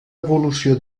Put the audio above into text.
evolució